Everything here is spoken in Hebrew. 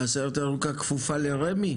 הסיירת הירוקה כפופה לרמ"י?